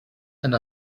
and